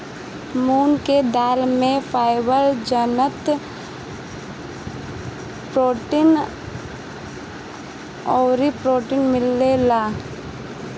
मूंग के दाल में फाइबर, जस्ता, प्रोटीन अउरी प्रोटीन मिलेला